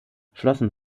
schlossen